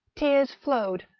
tears flowed,